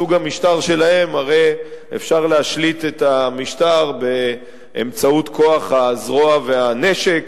בסוג המשטר שלהם הרי אפשר להשליט את המשטר באמצעות כוח הזרוע והנשק,